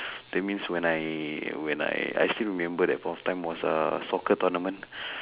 that means when I when I I still remember that point of time was a soccer tournament